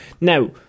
now